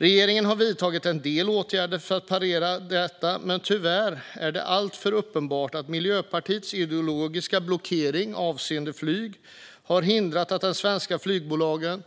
Regeringen har vidtagit en del åtgärder för att parera detta, men tyvärr är det alltför uppenbart att Miljöpartiets ideologiska blockering avseende flyg har hindrat de svenska flygbolagen